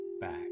back